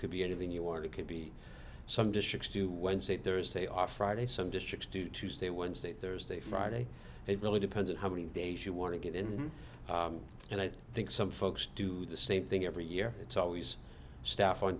could be anything you want it could be some districts do when state there is they are friday some districts do tuesday wednesday thursday friday it really depends on how many days you want to get in and i think some folks do the same thing every year it's always staff on